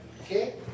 Okay